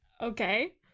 Okay